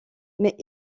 mais